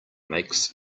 makes